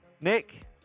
Nick